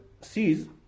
sees